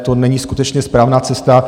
To není skutečně správná cesta.